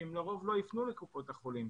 כי לרוב הם לא יפנו לקופות החולים.